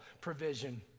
provision